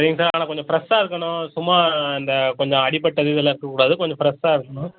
சரிங்க சார் ஆனால் கொஞ்சம் ஃப்ரஸ்ஸாக இருக்கணும் சும்மா இந்த கொஞ்சம் அடிப்பட்டது இதெல்லாம் இருக்கக்கூடாது கொஞ்சம் ஃப்ரஸ்ஸாக இருக்கணும்